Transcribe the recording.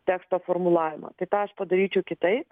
teksto formulavimo tai tą aš padaryčiau kitaip